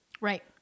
right